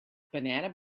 banana